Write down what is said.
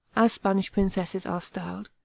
as spanish princesses are styled,